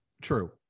true